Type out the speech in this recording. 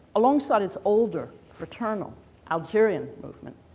alongside is older fraternal algerian movement.